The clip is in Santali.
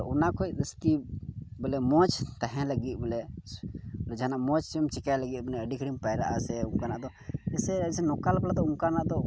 ᱚᱱᱟ ᱡᱟᱹᱥᱛᱤ ᱵᱚᱞᱮ ᱢᱚᱡᱽ ᱛᱟᱦᱮᱸ ᱞᱟᱹᱜᱤᱫ ᱵᱚᱞᱮ ᱡᱟᱦᱟᱱᱟᱜ ᱢᱚᱡᱽ ᱮᱢ ᱪᱤᱠᱟᱹᱭ ᱞᱟᱹᱜᱤᱫ ᱟᱹᱰᱤ ᱜᱷᱟᱹᱲᱤᱢ ᱯᱟᱭᱨᱟᱜᱼᱟ ᱥᱮ ᱚᱱᱠᱟᱱᱟᱜ ᱫᱚ ᱡᱮᱭᱥᱮ ᱱᱳᱠᱟᱞ ᱵᱚᱞᱮ ᱚᱱᱠᱟᱱᱟᱜ ᱫᱚ